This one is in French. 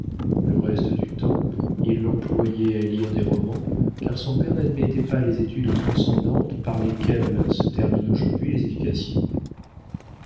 le reste du temps il l'employait à lire des romans car son père n'admettait pas les études transcendantes par lesquelles se terminent aujourd'hui les éducations